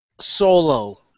solo